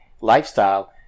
lifestyle